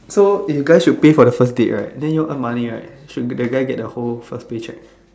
so you guys should pay for the first date right then ya'll earn money right should the guy get the whole first pay cheque